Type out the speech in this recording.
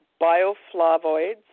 bioflavoids